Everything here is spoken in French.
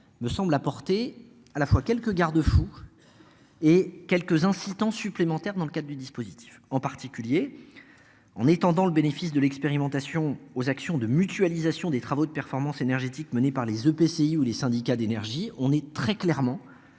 me semble apporter à la fois quelques garde-fous. Et quelques incitant supplémentaires dans le cadre du dispositif en particulier. En étendant le bénéfice de l'expérimentation aux actions de mutualisation des travaux de performance énergétique menée par les EPCI où les syndicats d'énergie, on est très clairement.